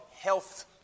health